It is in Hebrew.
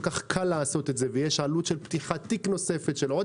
כך קל לעשות את זה ויש עלות של פתיחת תיק נוספת של עוד